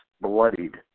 bloodied